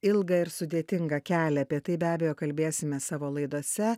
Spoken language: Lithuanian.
ilgą ir sudėtingą kelią apie tai be abejo kalbėsime savo laidose